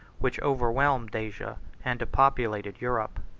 which overwhelmed asia and depopulated europe.